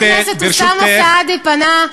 חבר הכנסת אוסאמה סעדי פנה.